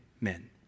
men